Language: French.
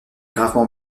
gravement